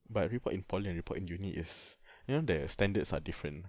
but report in poly and report in uni is you know the standards are different